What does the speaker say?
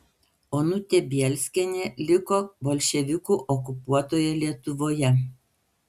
onutė bielskienė liko bolševikų okupuotoje lietuvoje